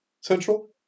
Central